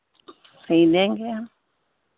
सिल देंगे हम